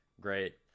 great